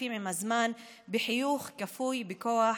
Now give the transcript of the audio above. מתחלפים עם הזמן בחיוך כפוי בכוח,